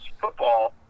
Football